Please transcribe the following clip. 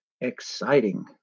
Exciting